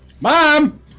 Mom